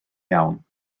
iawn